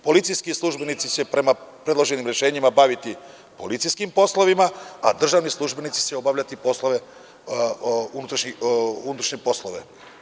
Policijski službenici će se prema predloženim rešenjima baviti policijskim poslovima, a državni službenici će obavljati poslove, unutrašnje poslove.